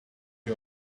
you